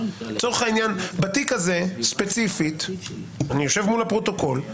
לצורך העניין בתיק הזה ספציפית אני יושב מול הפרוטוקול,